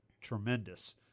tremendous